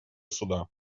суда